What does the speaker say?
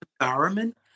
environment